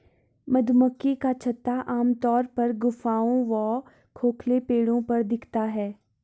मधुमक्खी का छत्ता आमतौर पर गुफाओं व खोखले पेड़ों पर दिखता है